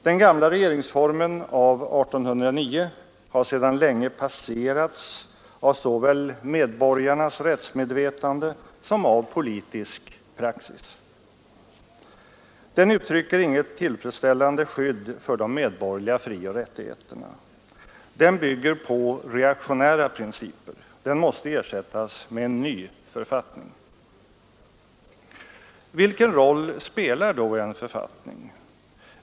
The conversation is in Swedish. Den gamla regeringsformen av 1809 har för länge sedan passerats såväl av medborgarnas rättsmedvetande som av politisk praxis. Den uttrycker inget tillfredsställande skydd för de medborgerliga frioch rättigheterna. Den bygger på reaktionära principer. Den måste ersättas med en ny författning. Vilken roll spelar då en författning?